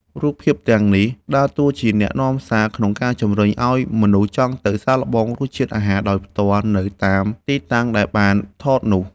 រូបភាពទាំងនេះដើរតួជាអ្នកនាំសារក្នុងការជំរុញឱ្យមនុស្សចង់ទៅសាកល្បងរសជាតិអាហារដោយផ្ទាល់នៅតាមទីតាំងដែលបានថតនោះ។